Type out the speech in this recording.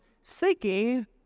seeking